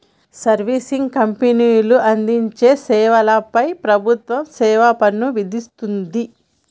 servicing కంపెనీలు అందించే సేవల పై ప్రభుత్వం సేవాపన్ను విధిస్తుంది